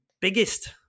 biggest